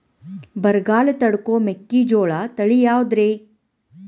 ಬರಗಾಲ ತಡಕೋ ಮೆಕ್ಕಿಜೋಳ ತಳಿಯಾವುದ್ರೇ?